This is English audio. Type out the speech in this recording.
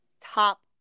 top